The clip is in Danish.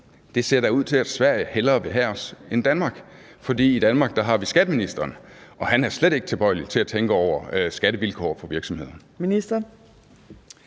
Det ser da ud til, at Sverige hellere vil have os end Danmark, for i Danmark har vi en skatteminister, der slet ikke er tilbøjelig til at tænke over skattevilkår for virksomhederne.